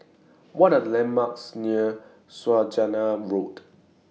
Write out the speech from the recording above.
What Are The landmarks near Saujana Road